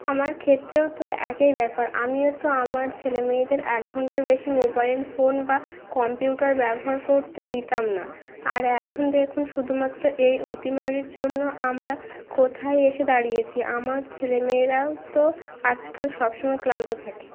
আমার ক্ষেত্রেও তো এই ব্যাপার আমিও তো আমার ছেলেমেয়েদের এক ঘন্টার বেশি মোবাইল ফোন বা কম্পিউটার ব্যবহার করতে দিতাম না আর এখন দেখুন শুধুমাত্র এই অতিমারের জন্য আমরা কোথায় এসে দাঁড়িয়েছি আমার ছেলেমেয়েরাও তো আজকাল সব সময় ক্লান্ত থাকে